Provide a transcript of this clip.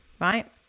right